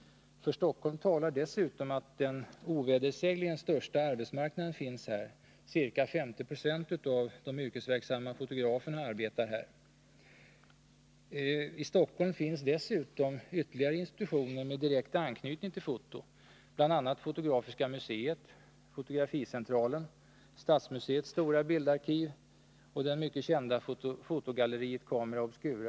För Stockholm talar dessutom att den ovedersägligen största arbetsmarknaden finns här. Ca 50 26 av de yrkesverksamma fotograferna arbetar i Stockholm. I Stockholm finns dessutom ytterligare institutioner med direkt anknytning till foto, bl.a. fotografiska museet, Fotograficentrum, stadsmuseets stora bildarkiv och det mycket kända fotogalleriet Camera Obscura.